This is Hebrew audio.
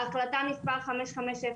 החלטה מספר 550,